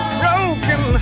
broken